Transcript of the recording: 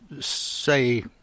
say